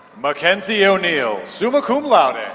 mackenzie o'neal, suma cum laude